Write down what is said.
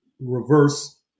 reverse